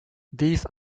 these